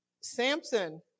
Samson